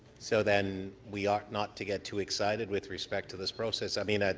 so then we ought not to get too excited with respect to this process. i mean,